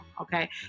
Okay